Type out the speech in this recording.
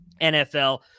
NFL